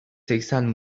seksen